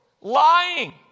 Lying